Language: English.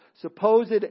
supposed